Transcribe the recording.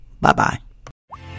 Bye-bye